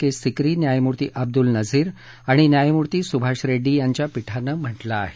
के सिक्री न्यायमूर्ती अब्दुल नझीर आणि न्यायमूर्ती सुभाष रेड्डी यांच्या पीठानं म्हटलं आहे